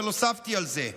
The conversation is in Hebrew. אבל הוספתי על זה: